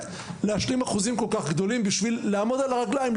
להשלים אחוזים כל כך גדולים בשביל לעמוד על הרגליים,